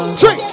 three